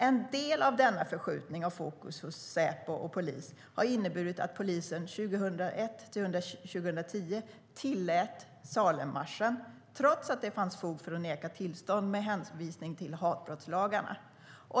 En del av denna förskjutning av fokus hos Säpo och polis har inneburit att polisen 2001-2010 tillät Salemmarschen, trots att det fanns fog att neka tillstånd med hänvisning till hatbrottslagarna.